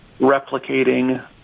replicating